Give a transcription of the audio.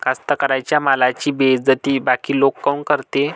कास्तकाराइच्या मालाची बेइज्जती बाकी लोक काऊन करते?